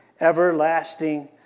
everlasting